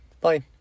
Bye